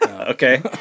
okay